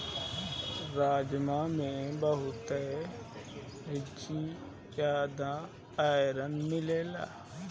राजमा में बहुते जियादा आयरन मिलेला